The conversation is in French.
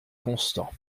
constant